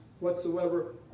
whatsoever